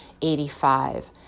85